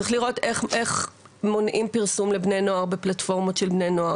צריך לראות איך מונעים פרסום לבני נוער בפלטפורמות של בני נוער,